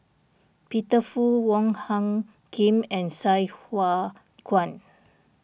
Peter Fu Wong Hung Khim and Sai Hua Kuan